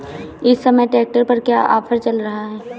इस समय ट्रैक्टर पर क्या ऑफर चल रहा है?